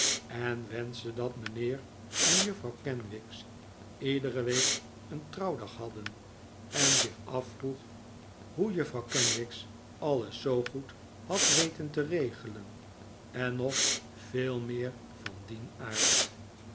en wenschte dat mijnheer en juffrouw kenwigs iedere week een trouwdag hadden en zich afvroeg hoe juffrouw kenwigs alles zoo goed had weten te regelen en nog veel meer van dien aard